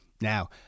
now